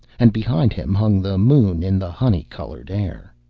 and behind him hung the moon in the honey coloured air.